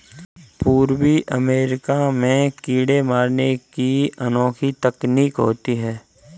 पूर्वी अमेरिका में कीड़े मारने की अनोखी तकनीक होती है